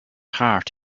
heart